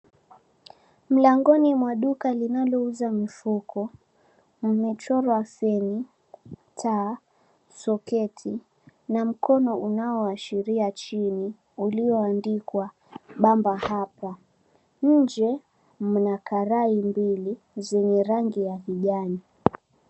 Mlangoni mwa duka linalouza mifuko, umechorwa feni ,taa, soketi na mkono unaoashiria chini ulioandikwa bamba hapa nje mna karai mbili zenye rangi ya kijani.